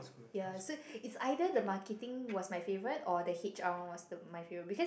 ya so it's either the marketing was my favourite or the H_R one was the my favourite because